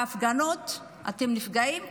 כשאתם נפגעים בהפגנות,